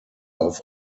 auf